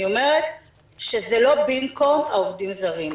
אני אומרת שזה לא במקום עובדים זרים.